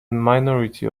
minority